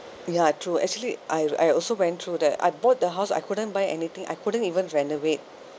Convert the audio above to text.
ya true actually I I also went through that I bought the house I couldn't buy anything I couldn't even renovate